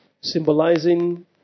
Symbolizing